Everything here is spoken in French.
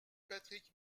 patrick